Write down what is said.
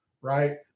right